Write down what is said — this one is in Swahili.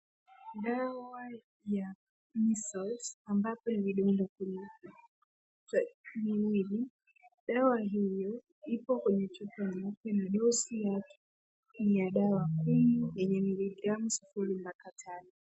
Dawa ya Measles ambapo ni vidonge kumi kwa mwili. Dawa hiyo ipo kwenye chupa nyeupe na dosi yake ni ya dawa kumi yenye miligramu sifuri mpaka tano.